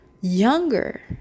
younger